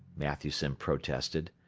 matthewson protested.